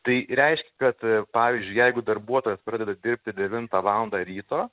tai reišk kad pavyzdžiui jeigu darbuotojas pradeda dirbti devintą valandą ryto